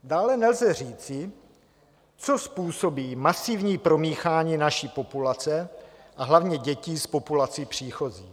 Dále nelze říci, co způsobí masivní promíchání naší populace a hlavně dětí s populací příchozí.